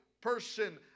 person